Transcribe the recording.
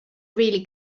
really